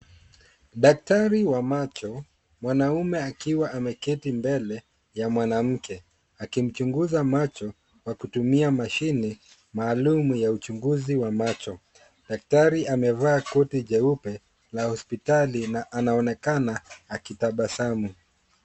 Daktari wa macho mwanamume akiwa ameketi mbele ya mwanamke akimchunguza macho kwa kutumia mashini maalum ya uchunguzi wa macho. Daktari amevaa koti jeupe la hospitali na anaonekana akitabasamu.